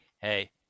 Hey